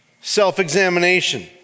self-examination